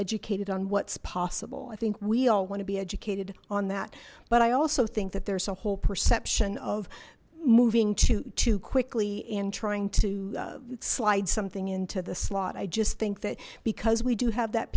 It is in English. educated on what's possible i think we all want to be educated on that but i also think that there's a whole perception of moving too too quickly and trying to slide something into the slot i just think that because we do have that